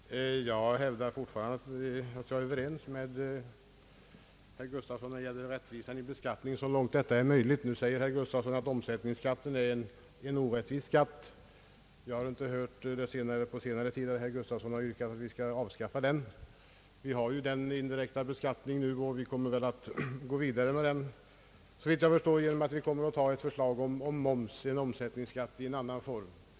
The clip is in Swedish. Herr talman! Jag hävdar fortfarande att jag är överens med herr Gustafsson 1 kravet på rättvisa i beskattningen så långt detta är möjligt. Nu säger herr Gustafsson att omsättningsskatten är en orättvis skatt. Jag har inte hört herr Gustafsson på senare tid yrka att vi skall avskaffa den. Vi har infört den indirekta beskattningen och kommer väl att gå vidare på den vägen, såvitt jag förstår genom att i framtiden ta ett förslag om moms, en omsättningsskatt i en annan form.